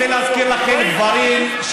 אני רוצה להזכיר לכם גם דברים,